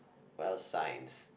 bioscience